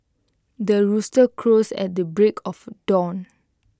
the rooster crows at the break of dawn